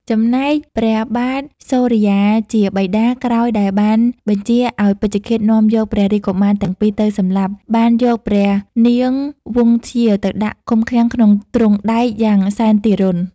ចំណែកព្រះបាទសុរិយាជាបិតា ក្រោយដែលបានបញ្ជាឲ្យពេជ្ឈឃាដនាំយកព្រះរាជកុមារទាំងពីរទៅសម្លាប់ បានយកព្រះនាងវង្សធ្យាទៅដាក់ឃុំឃាំងក្នុងទ្រូងដែកយ៉ាងសែនទារុណ។